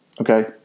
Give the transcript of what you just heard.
okay